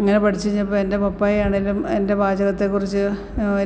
ഇങ്ങനെ പഠിച്ചുകഴിഞ്ഞപ്പോള് എൻ്റെ പപ്പായാണേലും എൻ്റെ പാചകത്തെക്കുറിച്ച്